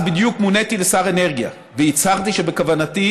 אז בדיוק מוניתי לשר האנרגיה והצהרתי שבכוונתי